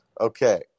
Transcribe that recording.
Okay